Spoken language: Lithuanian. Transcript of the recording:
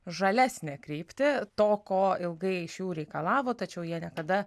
žalesnę kryptį to ko ilgai iš jų reikalavo tačiau jie niekada